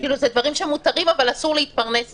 דברים שמותרים, אבל אסור להתפרנס מהם.